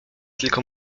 tylko